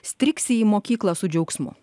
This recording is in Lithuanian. striksi į mokyklą su džiaugsmu